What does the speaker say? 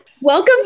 Welcome